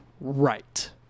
Right